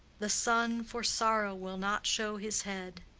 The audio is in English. the sun for sorrow will not show his head.